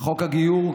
חוק הגיור,